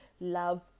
love